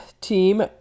team